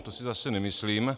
To si zase nemyslím.